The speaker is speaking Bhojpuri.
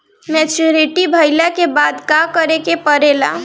मैच्योरिटी भईला के बाद का करे के पड़ेला?